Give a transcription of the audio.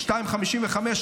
14:55,